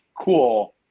cool